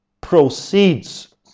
proceeds